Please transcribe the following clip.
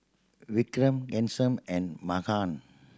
Vikram Ghanshyam and Mahan